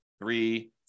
three